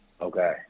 Okay